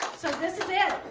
so, this is it!